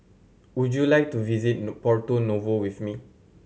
would you like to visit Porto Novo with me